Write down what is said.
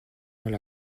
heure